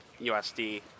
USD